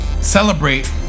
celebrate